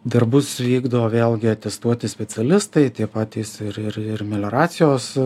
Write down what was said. darbus vykdo vėlgi atestuoti specialistai tie patys ir ir ir melioracijos